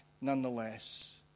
nonetheless